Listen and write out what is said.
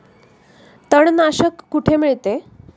तणनाशक कुठे मिळते?